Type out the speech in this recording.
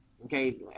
Okay